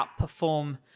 outperform